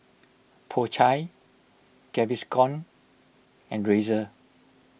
Po Chai Gaviscon and Razer